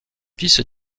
fils